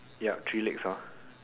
ya three legs hor